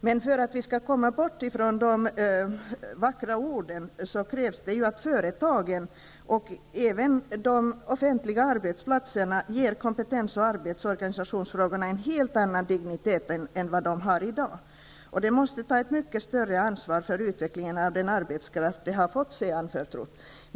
Men för att vi skall komma bort från de vackra orden krävs att företagen och även de offentliga arbetsplatserna ger kompetens och arbetsorganisationsfrågorna en helt annan dignitet än de har i dag. Företagen måste ta ett mycket större ansvar för utvecklingen av den arbetskraft som de har fått sig anförtrodd.